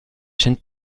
gêne